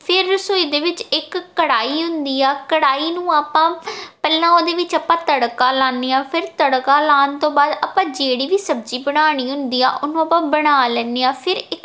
ਫਿਰ ਰਸੋਈ ਦੇ ਵਿੱਚ ਇੱਕ ਕੜਾਹੀ ਹੁੰਦੀ ਆ ਕੜਾਹੀ ਨੂੰ ਆਪਾਂ ਪਹਿਲਾਂ ਉਹਦੇ ਵਿੱਚ ਆਪਾਂ ਤੜਕਾ ਲਾਉਂਦੇ ਹਾਂ ਫਿਰ ਤੜਕਾ ਲਾਉਣ ਤੋਂ ਬਾਅਦ ਆਪਾਂ ਜਿਹੜੀ ਵੀ ਸਬਜ਼ੀ ਬਣਾਉਣੀ ਹੁੰਦੀ ਆ ਉਹਨੂੰ ਆਪਾਂ ਬਣਾ ਲੈਂਦੇ ਹਾਂ ਫਿਰ ਇੱਕ